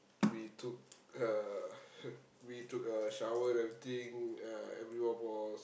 we took a we took a shower and everything uh everyone was